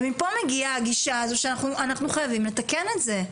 מפה מגיעה הגישה הזו שאנחנו חייבים לתקן את זה.